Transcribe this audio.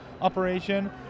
operation